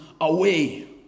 away